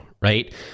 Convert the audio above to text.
right